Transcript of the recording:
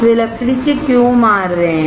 वे लकड़ी से क्यों मार रहे हैं